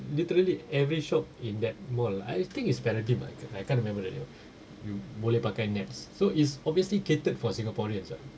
literally every shop in that mall I think is paradigm ah I I can't remember the name you boleh pakai Nets so it's obviously catered for singaporeans [what]